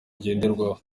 ngenderwaho